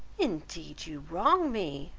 indeed you wrong me,